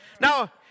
Now